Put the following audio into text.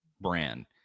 brand